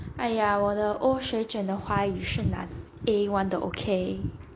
哎呀我的 O 水准的华语是拿 A one 的 okay